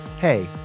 hey